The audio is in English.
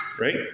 right